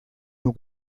nur